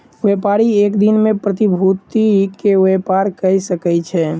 व्यापारी एक दिन में प्रतिभूति के व्यापार कय सकै छै